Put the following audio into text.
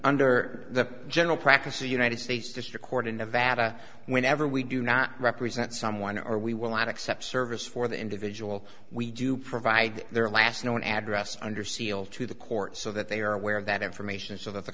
under the general practice of united states district court in nevada whenever we do not represent someone or we will not accept service for the individual we do provide their last known address under seal to the court so that they are aware of that information